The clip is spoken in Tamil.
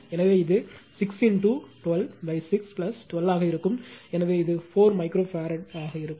எனவே இது 6 126 12 ஆக இருக்கும் எனவே இது 4 மைக்ரோஃபரடாக இருக்கும்